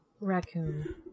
Raccoon